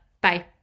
Bye